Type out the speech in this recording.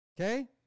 Okay